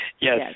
Yes